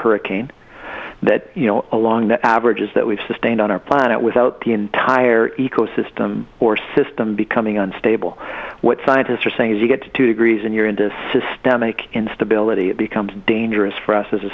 hurricane that you know along the averages that we've seen again on our planet without the entire ecosystem or system becoming on stable what scientists are saying is you get to two degrees and you're into systemic instability it becomes dangerous for us as a